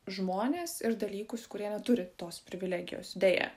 žmones ir dalykus kurie neturi tos privilegijos deja